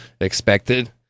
expected